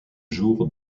jour